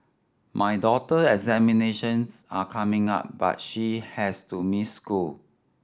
my daughter examinations are coming up but she has to miss school